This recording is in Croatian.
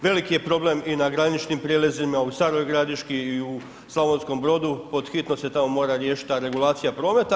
Veliki je problem i na graničnim prijelazima, u Staroj Gradiški i u Slavonskom Brodu, pod hitno se to mora riješiti ta regulacija prometa.